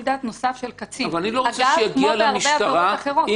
דעת נוסף של קצין כמו בהרבה עבירות אחרות.